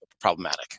problematic